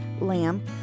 lamb